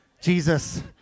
jesus